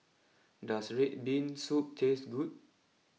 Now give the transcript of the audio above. does Red Bean Soup taste good